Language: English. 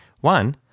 one